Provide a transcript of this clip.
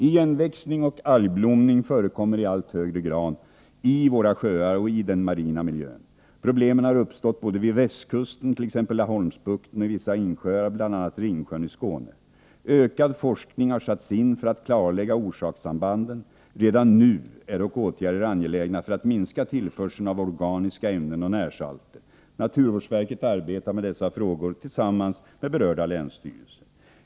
Igenväxning och algblomning förekommer i allt högre grad i våra sjöar och i den marina miljön. Problemen har uppstått både vid västkusten, t.ex. i Laholmsbukten, och i vissa insjöar, bl.a. i Ringsjön i Skåne. Ökad forskning har satts in för att klarlägga orsakssambanden. Redan nu är dock åtgärder angelägna för att minska tillförseln av organiska ämnen och närsalter. Naturvårdsverket arbetar med dessa frågor tillsammans med berörda länsstyrelser.